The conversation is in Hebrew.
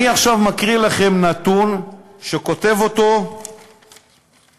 עכשיו אני מקריא לכם נתון שכותב סגן